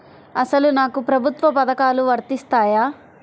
అసలు నాకు ప్రభుత్వ పథకాలు వర్తిస్తాయా?